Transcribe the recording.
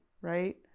right